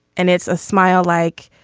and it's a smile like,